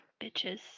bitches